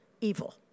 Evil